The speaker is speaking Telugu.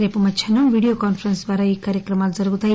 రేపు మధ్యాహ్నం వీడియో కాన్ఫరెన్స్ ద్వారా ఈ కార్యక్రమాలు జరుగుతాయి